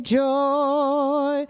joy